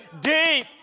deep